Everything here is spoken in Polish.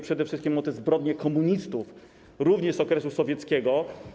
Przede wszystkim chodzi o zbrodnie komunistów, również z okresu sowieckiego.